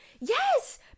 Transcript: Yes